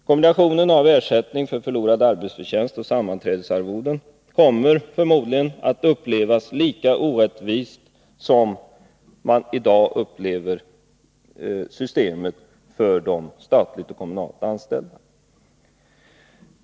Kombinationen av ersättning för förlorad arbetsförtjänst och sammanträdesarvoden kommer förmodligen att upplevas lika orättvis som man i dag upplever systemet för de statligt och kommunalt anställda.